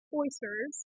oysters